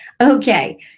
Okay